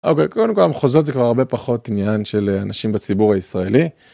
אוקיי, קודם כל המחוזות זה כבר הרבה פחות עניין של אנשים בציבור הישראלי.